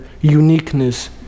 uniqueness